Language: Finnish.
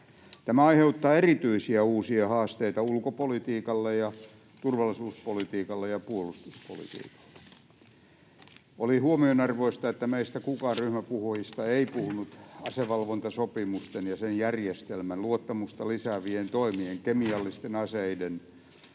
Tämä aiheuttaa erityisiä uusia haasteita ulkopolitiikalle ja turvallisuuspolitiikalle ja puolustuspolitiikalle. Oli huomionarvoista, että kukaan meistä ryhmäpuhujista ei puhunut asevalvontasopimusten ja sen järjestelmän luottamusta lisäävien toimien puolesta, kemiallisten aseiden